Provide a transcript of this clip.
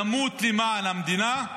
למות למען המדינה,